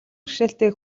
бэрхшээлтэй